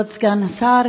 כבוד סגן השר,